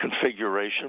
configuration